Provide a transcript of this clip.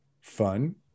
fun